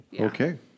Okay